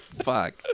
Fuck